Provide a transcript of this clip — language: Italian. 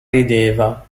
rideva